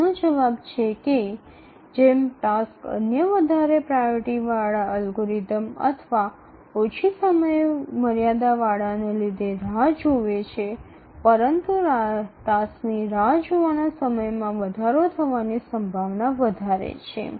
આનો જવાબ એ છે કે જેમ ટાસ્ક અન્ય વધારે પ્રાયોરિટી વાળા અલ્ગોરિધમ અથવા ઓછી સમયમર્યાદા વાળાને લીધે રાહ જુએ છે પરંતુ ટાસ્કની રાહ જોવાના સમયમાં વધારો થવાની સંભાવના વધારે છે